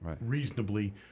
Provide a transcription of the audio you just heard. reasonably